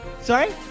Sorry